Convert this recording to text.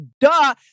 duh